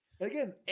again